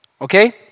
okay